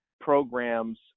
programs